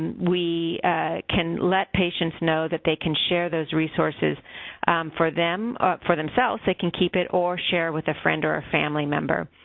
and we can let patients know that they can share those resources for them for themselves, they can keep it, or share with a friend or a family member.